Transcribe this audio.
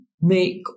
make